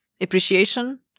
appreciation